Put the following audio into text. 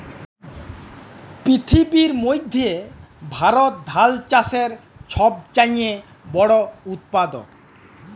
পিথিবীর মইধ্যে ভারত ধাল চাষের ছব চাঁয়ে বড় উৎপাদক